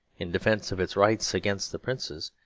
in defence of its rights against the princes,